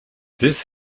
this